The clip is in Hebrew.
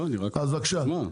לא, אני רק רוצה שאתה תשמע.